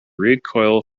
recoil